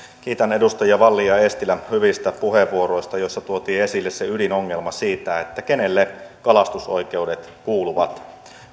kiitän edustaja wallinia ja eestilää hyvistä puheenvuoroista joissa tuotiin esille se ydinongelma siitä kenelle kalastusoikeudet kuuluvat